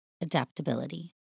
Adaptability